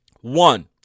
One